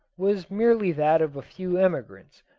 was merely that of a few emigrants,